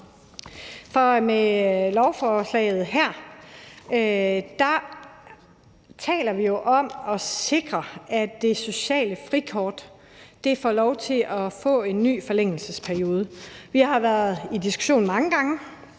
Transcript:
for med lovforslaget her taler vi jo om at sikre, at det sociale frikort får lov til at få en ny forlængelsesperiode. Vi har været i diskussion om det